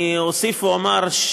אני אוסיף ואומר,